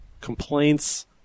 complaints